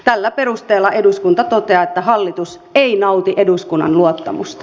tällä perusteella eduskunta toteaa että hallitus ei nauti eduskunnan luottamusta